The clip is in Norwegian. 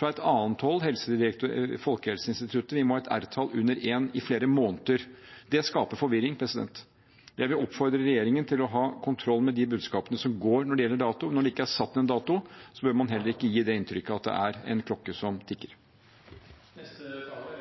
fra et annet hold, Folkehelseinstituttet, at vi må ha et R-tall under 1 i flere måneder, skaper det forvirring. Jeg vil oppfordre regjeringen til å ha kontroll med de budskapene som går når det gjelder dato. Når det ikke er satt en dato, bør man heller ikke gi det inntrykket at det er en klokke som